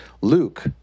Luke